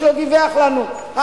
איש לא דיווח לנו,